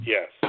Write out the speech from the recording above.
Yes